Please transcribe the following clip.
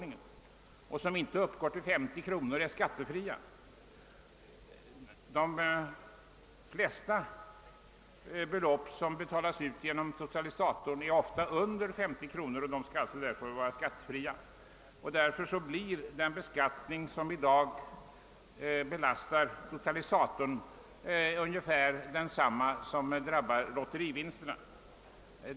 Sådana vinster som inte uppgår till 50 kronor är skattefria i lotterispel, och de flesta belopp som betalas ut på totalisatorspel är också under 50 kronor och skulle sålunda bli skattefria. Skatten på totalisatorvinster är i dag ungefär densamma som skatten på lotterivinster.